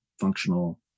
functional